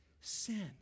sin